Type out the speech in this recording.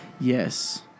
Yes